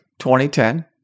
2010